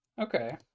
Okay